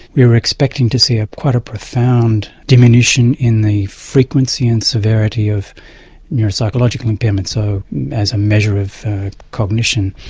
we were expecting to see ah quite a profound diminution in the frequency and severity of neuropsychological impairments so as a measure of cognition.